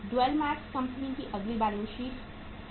यह इस dwell max company की अगली बैलेंस शीट है